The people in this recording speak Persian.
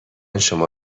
شما